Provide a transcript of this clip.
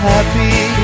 Happy